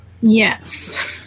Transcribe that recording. Yes